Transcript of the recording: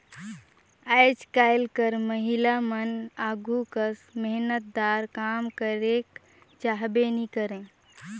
आएज काएल कर महिलामन आघु कस मेहनतदार काम करेक चाहबे नी करे